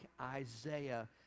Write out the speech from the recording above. Isaiah